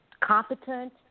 competent